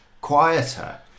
quieter